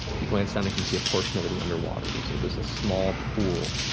you glance down and can see a portion of it is underwater, there's ah there's a small pool